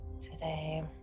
today